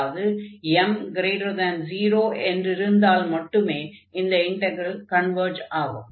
அதாவது m0 என்றிருந்தால் மட்டுமே இந்த இண்டக்ரல் கன்வர்ஜ் ஆகும்